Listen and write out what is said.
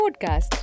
Podcast